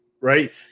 right